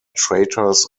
traitors